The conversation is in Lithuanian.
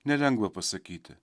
nelengva pasakyti